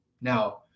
Now